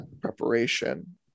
preparation